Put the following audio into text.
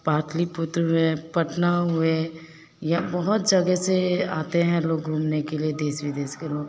पाटलीपुत्र हुए पटना हुए या बहुत जगह से आते हैं लोग घूमने के लिए देश विदेश के लोग